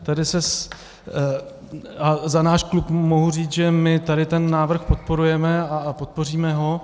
Tady se a za náš klub mohu říct, že my tady ten návrh podporujeme a podpoříme ho.